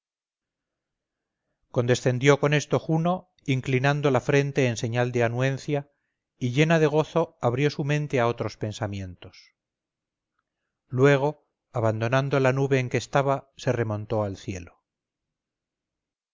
honores condescendió con esto juno inclinando la frente en señal de anuencia y llena de gozo abrió su mente a otros pensamientos luego abandonando la nube en que estaba se remontó al cielo